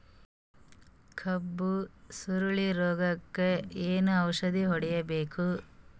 ಕಬ್ಬು ಸುರಳೀರೋಗಕ ಏನು ಔಷಧಿ ಹೋಡಿಬೇಕು?